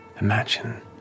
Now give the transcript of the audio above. imagine